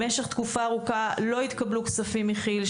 במשך תקופה ארוכה לא התקבלו כספים מכי"ל.